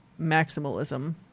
maximalism